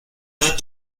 note